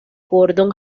gordon